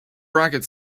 racket